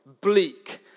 bleak